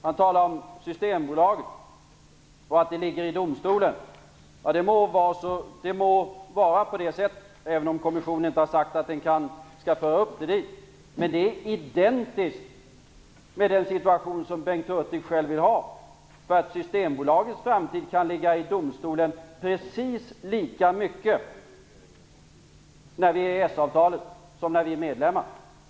Han talade om Systembolaget och att den frågan låg hos domstolen. Det må vara på det sättet även om kommissionen inte har sagt att man skall föra frågan dit. Men detta är identiskt med den situation som Bengt Hurtig själv vill ha. Systembolagets framtid kan ligga hos domstolen precis lika mycket vare sig om det är EES-avtalet som gäller eller om vi är medlemmar.